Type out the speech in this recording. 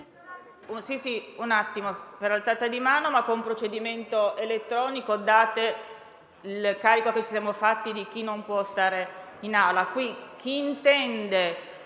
del verbale per alzata di mano, con procedimento elettronico dato il carico che ci siamo fatti di chi non può stare in Aula.